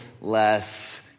less